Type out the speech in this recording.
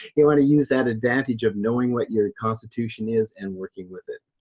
you wanna use that advantage of knowing what your constitution is and working with it.